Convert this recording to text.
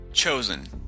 Chosen